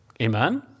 Amen